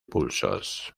pulsos